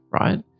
right